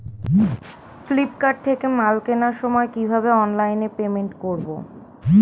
Flipkart থেকে মাল কেনার সময় কিভাবে অনলাইনে পেমেন্ট করব?